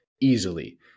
easily